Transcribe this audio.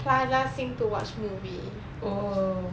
plaza sing to watch movie